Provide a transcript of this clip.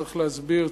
צריך להסביר,